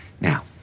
Now